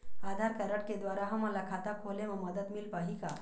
आधार card के द्वारा हमन ला खाता खोले म मदद मिल पाही का?